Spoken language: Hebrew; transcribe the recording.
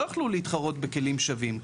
לא יוכלו להתחרות בכלים שווים.